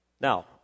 Now